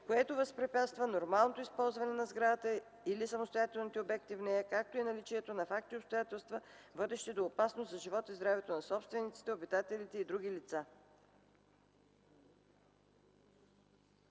което възпрепятства нормалното използване на сградата или самостоятелните обекти в нея, както и наличието на факти и обстоятелства, водещи до опасност за живота и здравето на собствениците, обитателите и други лица.”